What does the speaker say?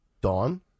Dawn